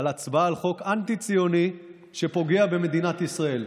על הצבעה על חוק אנטי-ציוני שפוגע במדינת ישראל,